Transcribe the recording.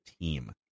team